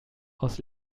aus